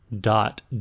dot